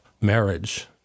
marriage